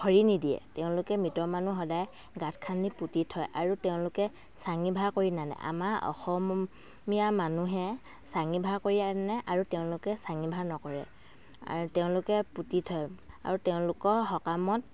খৰি নিদিয়ে তেওঁলোকে মৃত মানুহ সদায় গাঁত খান্দি পুতি থয় আৰু তেওঁলোকে চাঙি ভাৰ কৰি নানে আমাৰ অসমীয়া মানুহে চাঙি ভাৰ কৰি আনে আৰু তেওঁলোকে চাঙি ভাৰ নকৰে আৰু তেওঁলোকে পুতি থয় আৰু তেওঁলোকৰ সকামত